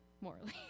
morally